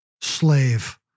slave